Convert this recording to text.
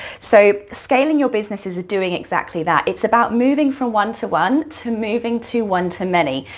so, scaling your business is doing exactly that. it's about moving from one to one to moving to one to many.